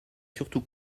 surtout